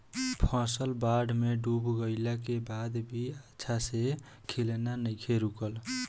फसल बाढ़ में डूब गइला के बाद भी अच्छा से खिलना नइखे रुकल